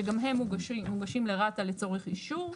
שגם הם מוגשים לרת"א לצורך אישור.